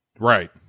Right